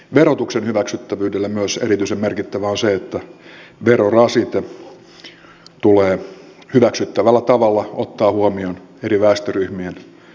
verotuksen hyväksyttävyydelle myös erityisen merkittävää on että verorasitteen tulee hyväksyttävällä tavalla ottaa huomioon eri väestöryhmien kantokyky